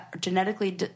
genetically